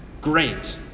great